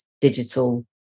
digital